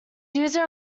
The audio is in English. used